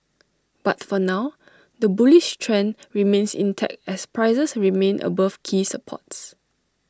but for now the bullish trend remains intact as prices remain above key supports